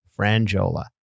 frangiola